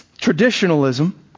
traditionalism